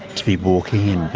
to be walking